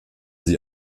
sie